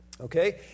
okay